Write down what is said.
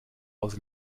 aus